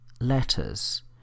letters